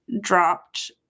dropped